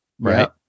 right